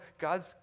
God's